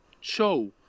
show